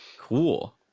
Cool